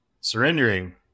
surrendering